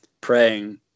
praying